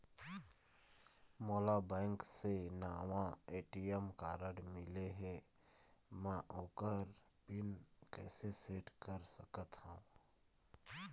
मोला बैंक से नावा ए.टी.एम कारड मिले हे, म ओकर पिन कैसे सेट कर सकत हव?